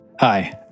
Hi